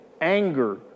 anger